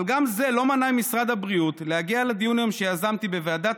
אבל גם זה לא מנע ממשרד הבריאות להגיע לדיון שיזמתי היום בוועדת